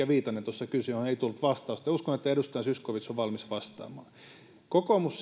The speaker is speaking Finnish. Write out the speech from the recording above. viitanen tuossa kysyi mutta johon ei tullut vastausta ja uskon että edustaja zyskowicz on valmis vastaamaan kokoomus